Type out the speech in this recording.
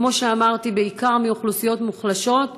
כמו שאמרתי, בעיקר מאוכלוסיות מוחלשות.